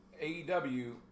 AEW